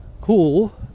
cool